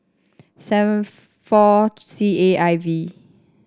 seven four C A I V